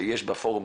שיש בו פורום,